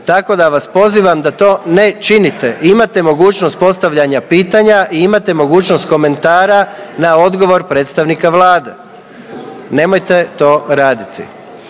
Tako da vas pozivam da to ne činite. Imate mogućnost postavljanja pitanja i imate mogućnost komentara na odgovor predstavnika Vlade. Nemojte to raditi.